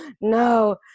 no